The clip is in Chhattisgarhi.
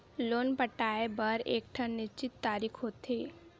लोन पटाए बर एकठन निस्चित तारीख होथे